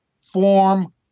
form